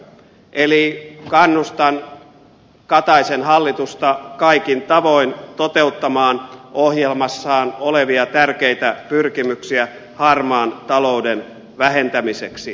eli kannustan kataisen hallitusta kaikin tavoin toteuttamaan ohjelmassaan olevia tärkeitä pyrkimyksiä harmaan talouden vähentämiseksi